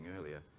earlier